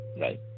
Right